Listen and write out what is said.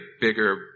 bigger